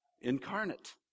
incarnate